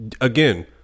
again